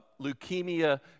Leukemia